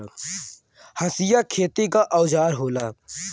हंसिया खेती क औजार होला